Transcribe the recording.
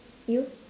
you